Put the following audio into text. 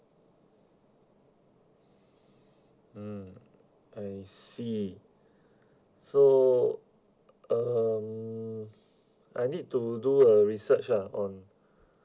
mm I see so um I need to do a research ah on